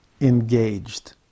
engaged